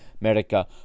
America